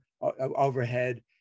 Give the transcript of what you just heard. overhead